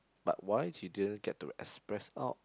but why she didn't get to express out